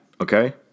okay